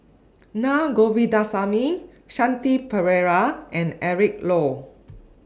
Na Govindasamy Shanti Pereira and Eric Low